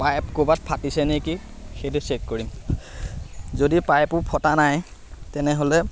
pipe ক'ৰবাত ফাটিছে নেকি সেইটো চেক কৰিম যদি পাইপো ফটা নাই তেনেহ'লে